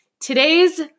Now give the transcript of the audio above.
today's